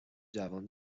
جوان